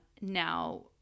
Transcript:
now